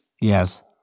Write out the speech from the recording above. Yes